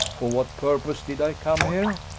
for what purpose did i come here?